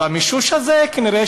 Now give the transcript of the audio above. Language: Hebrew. אז המישוש הזה כנראה,